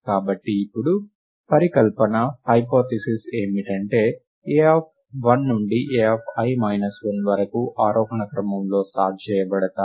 కాబట్టి ఇప్పుడు పరికల్పనహైపోథిసిస్ ఏమిటంటే a1 నుండి ai 1 వరకు ఆరోహణ క్రమంలో సార్ట్ చేయబడతాయి